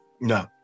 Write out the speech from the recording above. No